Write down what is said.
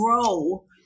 grow